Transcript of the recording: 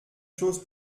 chose